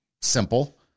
simple